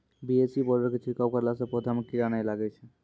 BAC powder के छिड़काव करला से पौधा मे कीड़ा नैय लागै छै?